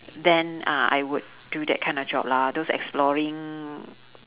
then uh I would do that kind of job lah those exploring